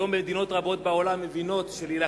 היום מדינות רבות בעולם מבינות שכדי